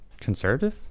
conservative